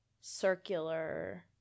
circular